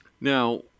Now